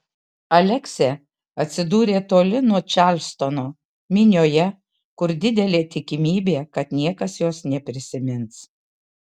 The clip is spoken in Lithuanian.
aleksė atsidūrė toli nuo čarlstono minioje kur didelė tikimybė kad niekas jos neprisimins